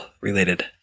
related